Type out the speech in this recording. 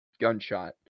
gunshot